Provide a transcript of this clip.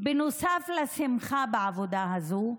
שנוסף לשמחה בעבודה הזו,